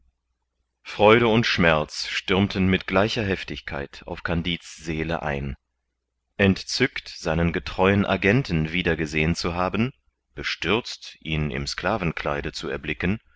freude und schmerz stürmten mit gleicher heftigkeit auf kandid's seele ein entzückt seinen getreuen agenten wieder gesehen zu haben bestürzt ihn im sklavenkleide zu erblicken